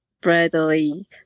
Bradley